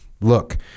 look